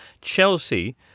Chelsea